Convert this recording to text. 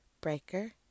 Breaker